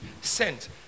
sent